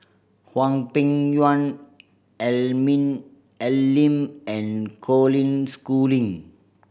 Hwang Peng Yuan Al Lim and Colin Schooling